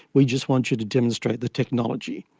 we just want you to demonstrate the technology.